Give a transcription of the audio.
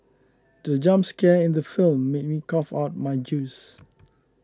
the jump scare in the film made me cough out my juice